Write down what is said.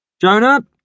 Jonah